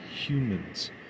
humans